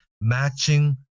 Matching